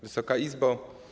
Wysoka Izbo!